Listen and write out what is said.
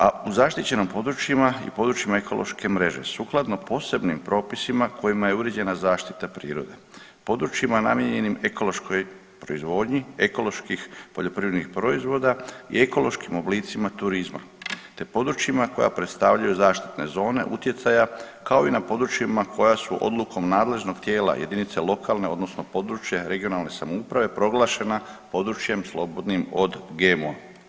A u zaštićenim područjima i područjima ekološke mreže sukladno posebnim propisima kojima je uređena zaštita prirode, područjima namijenjenim ekološkoj proizvodnji, ekoloških poljoprivrednih proizvoda i ekološkim oblicima turizma te područjima koja predstavljaju zaštitne zone utjecaja kao i na područjima koja su odlukom nadležnog tijela jedinica lokalne odnosno područne regionalne samouprave proglašena područjem slobodnim od GMO.